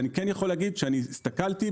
הסתכלתי,